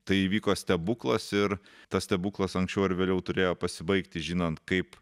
tai įvyko stebuklas ir tas stebuklas anksčiau ar vėliau turėjo pasibaigti žinant kaip